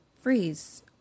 freeze